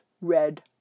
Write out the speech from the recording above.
red